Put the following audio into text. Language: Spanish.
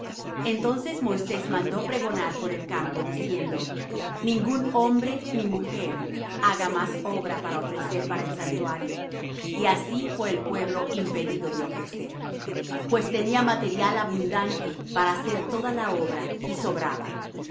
entonces moisés mandó pregonar por el campo diciendo ningún hombre ni mujer haga más obra para ofrecer para el santuario y así fue el pueblo impedido de ofrecer pues tenia material abundante para hacer toda la obra y sobraba